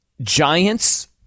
Giants